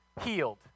healed